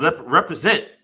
represent